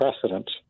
precedent